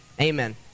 Amen